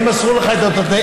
האם מסרו לך את תודתנו.